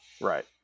Right